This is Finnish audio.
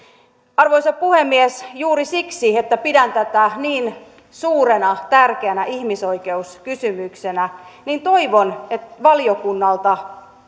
arvoisa puhemies juuri siksi että pidän tätä niin suurena tärkeänä ihmisoikeuskysymyksenä toivon valiokunnalta